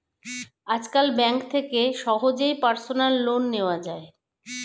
আজকাল ব্যাঙ্ক থেকে সহজেই পার্সোনাল লোন নেওয়া যায়